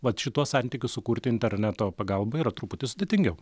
vat šituos santykius sukurti interneto pagalba yra truputį sudėtingiau